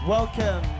Welcome